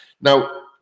now